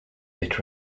get